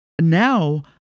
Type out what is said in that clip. Now